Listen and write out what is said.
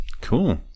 Cool